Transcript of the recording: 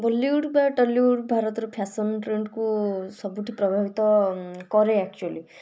Bollywood ବା Tollywood ଭାରତର fashion ଟ୍ରେଣ୍ଡକୁ ସବୁଠି ପ୍ରଭାବିତ କରେ ଆକଚୁଆଲି